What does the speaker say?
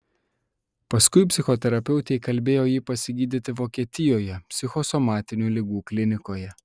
paskui psichoterapeutė įkalbėjo jį pasigydyti vokietijoje psichosomatinių ligų klinikoje